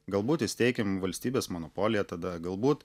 galbūt įsteikim valstybės monopoliją tada galbūt